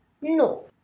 No